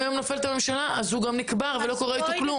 היום נופלת הממשלה הוא נקבר ולא קורה איתו כלום.